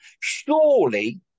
Surely